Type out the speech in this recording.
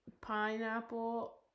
Pineapple